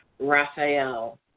Raphael